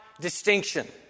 distinction